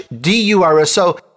D-U-R-S-O